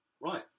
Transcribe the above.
right